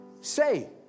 say